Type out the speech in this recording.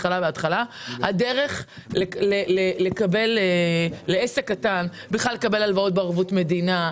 עסק קטן שרצה לקבל הלוואות בערבות מדינה,